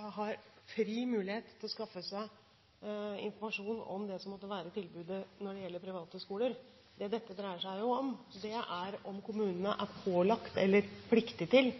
har fri mulighet til å skaffe seg informasjon om det som måtte være tilbudet når det gjelder private skoler. Det som dette dreier seg om, er om kommunene er pålagt eller pliktig til